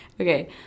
Okay